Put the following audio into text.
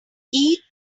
eat